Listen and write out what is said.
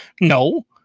No